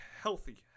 healthy